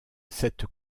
cette